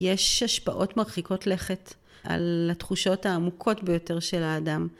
יש השפעות מרחיקות לכת על התחושות העמוקות ביותר של האדם.